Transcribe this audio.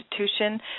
institution